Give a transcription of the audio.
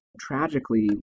tragically